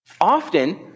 Often